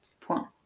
point